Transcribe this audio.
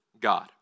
God